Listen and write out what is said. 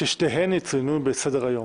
ששתיהן יצוינו בסדר-היום.